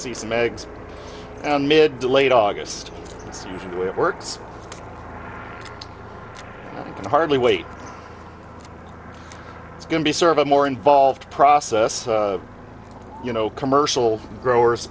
see some eggs and mid to late august solution the way it works you can hardly wait it's going to be sort of a more involved process you know commercial growers